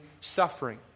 suffering